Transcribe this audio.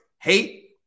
hate